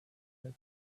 that